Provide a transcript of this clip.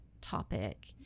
topic